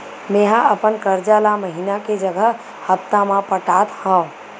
मेंहा अपन कर्जा ला महीना के जगह हप्ता मा पटात हव